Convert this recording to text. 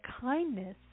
kindness